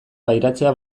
pairatzea